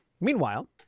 Meanwhile